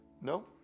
No